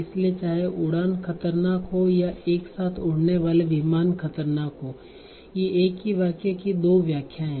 इसलिए चाहे उड़ान खतरनाक हो या एक साथ उड़ने वाले विमान खतरनाक हों ये एक ही वाक्य की दो व्याख्याएँ हैं